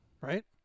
right